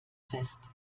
fest